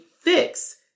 fix